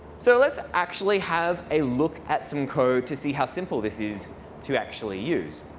so let's actually have a look at some code to see how simple this is to actually use.